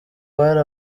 bari